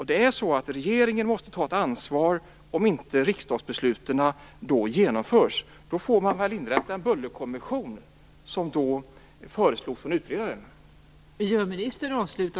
Regeringen måste ta ett ansvar om riksdagsbesluten inte genomförs. Då får man väl inrätta en bullerkommission som utredaren föreslog.